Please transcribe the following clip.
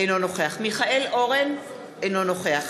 אינו נוכח מיכאל אורן, אינו נוכח